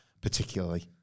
particularly